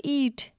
eat